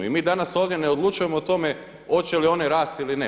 I mi danas ovdje ne odlučujemo o tome hoće li one rasti ili ne.